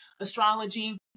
astrology